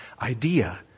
idea